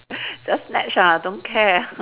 just snatch ah don't care